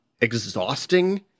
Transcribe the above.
exhausting